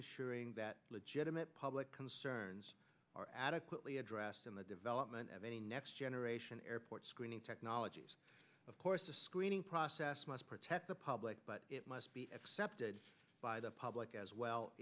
ensuring that legitimate public concerns are adequately addressed in the development of any next generation airport screening technologies of course the screening process must protect the public but it must be accepted by the public as well